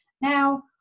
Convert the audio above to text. Now